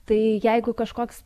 tai jeigu kažkoks